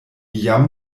jam